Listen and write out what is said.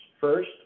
first